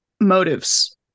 motives